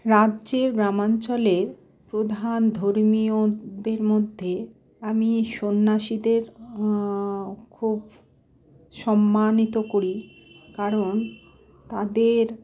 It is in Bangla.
রাজ্যে গ্রামাঞ্চলে প্রধান ধর্মীয়দের মধ্যে আমি সন্ন্যাসীদের খুব সম্মানিত করি কারণ তাদের